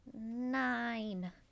Nine